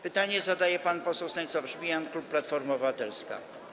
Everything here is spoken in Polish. Pytanie zadaje pan poseł Stanisław Żmijan, klub Platforma Obywatelska.